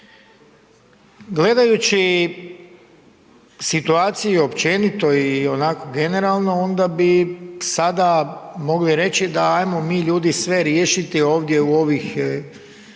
Gledajući situaciju općenito i onako generalno onda bi sada mogli reći da ajmo mi ljudi sve riješiti ovdje u ovih